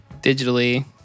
digitally